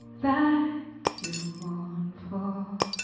that you mourn for